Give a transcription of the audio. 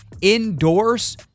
indoors